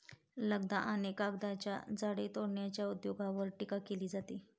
लगदा आणि कागदाच्या झाडे तोडण्याच्या उद्योगावर टीका केली जाते